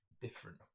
different